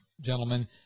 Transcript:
gentlemen